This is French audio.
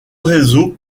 réseaux